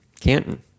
Canton